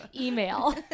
email